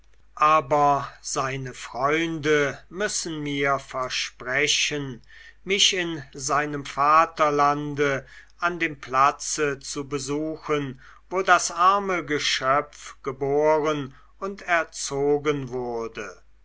aber seine freunde müssen mir versprechen mich in seinem vaterlande an dem platze zu besuchen wo das arme geschöpf geboren und erzogen wurde